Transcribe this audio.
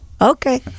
Okay